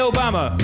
Obama